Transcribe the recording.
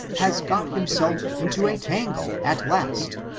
has got himself into a tangle at last,